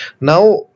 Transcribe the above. now